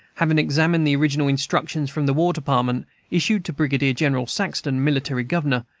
having examined the original instructions from the war department issued to brigadier-general saxton, military governor,